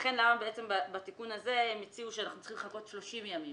לכן למה בעצם בתיקון הזה הם הציעו שאנחנו צריכים לחכות 30 ימים,